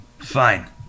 Fine